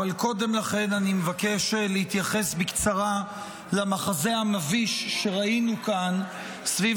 אבל קודם לכן אני מבקש להתייחס בקצרה למחזה המביש שראינו כאן סביב